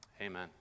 Amen